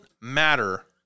matter